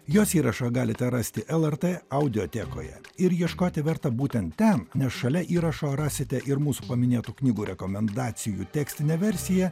jos įrašą galite rasti lrt audiotekoje ir ieškoti verta būtent ten nes šalia įrašo rasite ir mūsų paminėtų knygų rekomendacijų tekstinę versiją